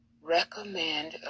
Recommend